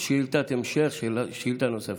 לשאילתת המשך, שאלה נוספת.